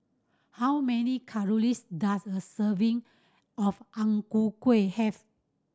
how many calories does a serving of Ang Ku Kueh have